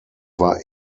war